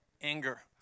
anger